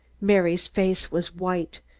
mary's face was white,